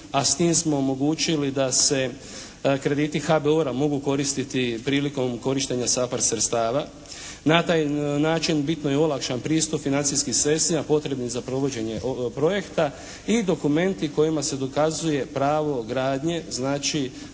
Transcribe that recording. a s tim smo omogućili da se krediti HBOR-a mogu koristiti prilikom korištenja SAPHARD sredstava. Na taj način bitno je olakšan pristup financijskim sredstvima potrebnim za provođenje projekta i dokumenti kojima se dokazuje pravo gradnje, znači